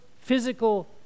physical